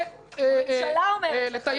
הממשלה אומרת לך לא.